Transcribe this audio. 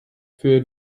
für